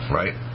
right